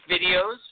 videos